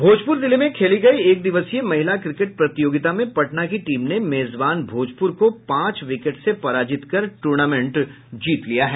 भोजपुर जिले में खेली गयी एक दिवसीय महिला क्रिकेट प्रतियोगिता में पटना की टीम ने मेजबान भोजपुर को पांच विकेट से पराजित कर टूर्नामेंट जीत लिया है